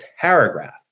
paragraph